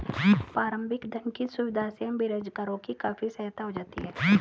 प्रारंभिक धन की सुविधा से हम बेरोजगारों की काफी सहायता हो जाती है